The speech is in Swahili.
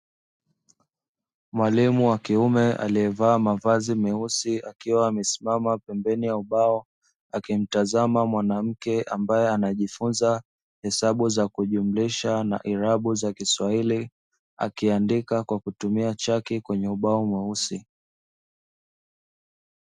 Mwalimu wakiume aliye vaa mavazi meusi akiwa amesimama pembeni ya ubao akimtazama mwanamke ambaye anajifunza hesabu za kujumlisha na irabu za kiswahili akiandika kwa kutumia chaki kwenye ubao mweusi.